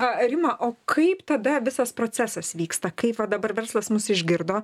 va rima o kaip tada visas procesas vyksta kaip va dabar verslas mus išgirdo